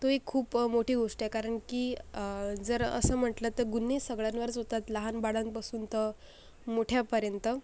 तो एक खूप मोठी गोष्ट आहे कारण की जर असं म्हटलं तर गुन्हे सगळ्यांवरच होतात लहान बाळांपासून तर मोठ्यापर्यंत